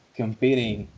competing